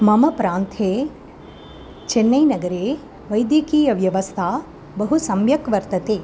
मम प्रान्ते चेन्नैनगरे वैद्यकीय व्यवस्था बहु सम्यक् वर्तते